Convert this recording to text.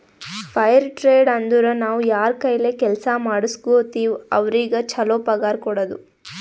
fire trade ಅಂದುರ್ ನಾವ್ ಯಾರ್ ಕೈಲೆ ಕೆಲ್ಸಾ ಮಾಡುಸ್ಗೋತಿವ್ ಅವ್ರಿಗ ಛಲೋ ಪಗಾರ್ ಕೊಡೋದು